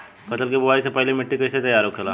फसल की बुवाई से पहले मिट्टी की कैसे तैयार होखेला?